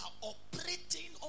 Operating